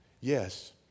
Yes